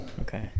okay